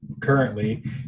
currently